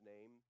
name